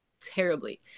terribly